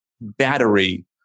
battery